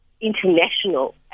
international